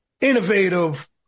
innovative